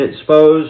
exposed